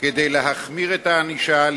כדי להחמיר את הענישה,